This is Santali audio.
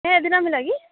ᱦᱮᱸ ᱫᱤᱱᱚᱢ ᱦᱤᱞᱳᱜ ᱜᱮ